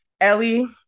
Ellie